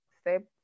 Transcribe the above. step